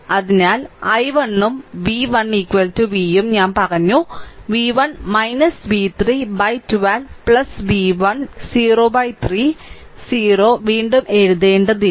അതിനാൽ i1 ഉം v1 v ഉം ഞാൻ പറഞ്ഞു v1 v3 by 12 v1 0 3 0 വീണ്ടും എഴുതേണ്ടതില്ല